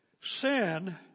Sin